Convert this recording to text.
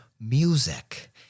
music